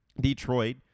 Detroit